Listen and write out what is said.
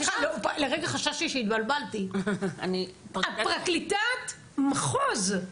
לרגע חששתי שהתבלבלתי, את פרקליטת מחוז.